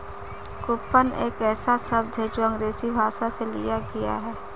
coupon एक ऐसा शब्द है जो अंग्रेजी भाषा से लिया गया है